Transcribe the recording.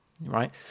right